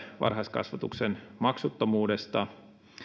varhaiskasvatuksen maksuttomuudesta